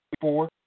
four